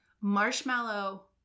marshmallow